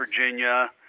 Virginia